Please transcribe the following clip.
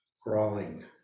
crawling